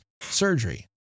surgery